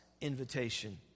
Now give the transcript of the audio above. invitation